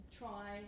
try